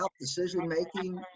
decision-making